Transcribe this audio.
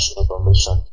information